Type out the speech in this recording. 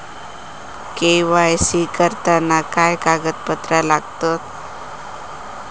KYC करताना काय कागदपत्रा लागतत?